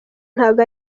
ntago